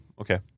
Okay